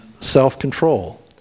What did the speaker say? self-control